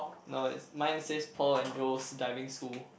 now is mine says Paul and Rose Diving School